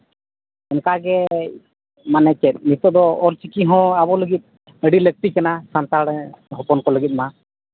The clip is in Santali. ᱚᱱᱠᱟ ᱜᱮ ᱢᱟᱱᱮ ᱪᱮᱫ ᱱᱤᱛᱚᱜ ᱫᱚ ᱚᱞ ᱪᱤᱠᱤ ᱦᱚᱸ ᱟᱵᱚ ᱞᱟᱹᱜᱤᱫ ᱟᱹᱰᱤ ᱞᱟᱹᱠᱛᱤ ᱠᱟᱱᱟ ᱥᱟᱱᱛᱟᱲ ᱦᱚᱯᱚᱱ ᱠᱚ ᱞᱟᱹᱜᱤᱫ ᱢᱟ